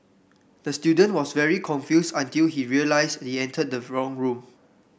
the student was very confused until he realised he entered the wrong room